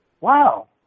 Wow